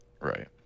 Right